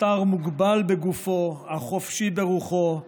נותר מוגבל בגופו אך חופשי ברוחו,